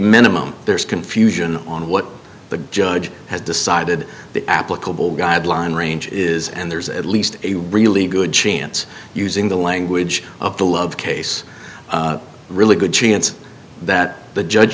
minimum there's confusion on what the judge has decided the applicable guideline range is and there's at least a really good chance using the language of the love case really good chance that the judge